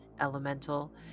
elemental